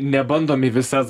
nebandom į visas